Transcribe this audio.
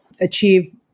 achieve